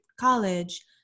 college